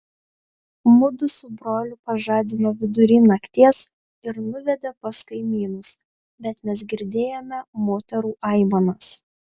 mudu su broliu pažadino vidury nakties ir nuvedė pas kaimynus bet mes girdėjome moterų aimanas